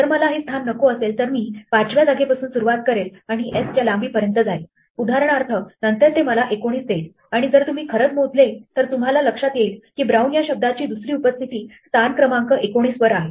जर मला हे स्थान नको असेलतर मी 5 व्या जागेपासून सुरुवात करेल आणि s च्या लांबी पर्यंत जाईल उदाहरणार्थ नंतर ते मला 19 देईल आणि जर तुम्ही खरच मोजले तर तुम्हाला लक्षात येईल की brown या शब्दाची दुसरी उपस्थिती स्थान क्रमांक 19 वर आहे